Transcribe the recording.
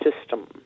system